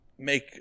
make